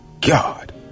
god